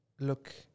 look